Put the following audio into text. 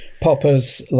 Popper's